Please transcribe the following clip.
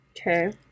Okay